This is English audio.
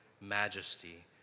majesty